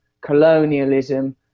colonialism